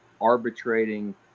arbitrating